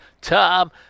Tom –